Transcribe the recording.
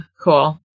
Cool